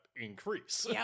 increase